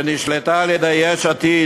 שנשלטה על-ידי יש עתיד,